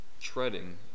treading